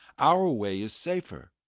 our way is safer.